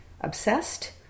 obsessed